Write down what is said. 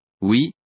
Oui